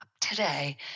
today